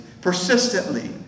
persistently